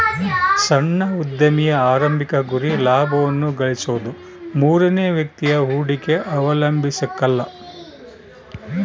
ಸಣ್ಣ ಉದ್ಯಮಿಯ ಆರಂಭಿಕ ಗುರಿ ಲಾಭವನ್ನ ಗಳಿಸೋದು ಮೂರನೇ ವ್ಯಕ್ತಿಯ ಹೂಡಿಕೆ ಅವಲಂಬಿಸಕಲ್ಲ